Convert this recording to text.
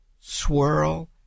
swirl